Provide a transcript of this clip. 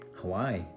Hawaii